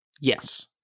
yes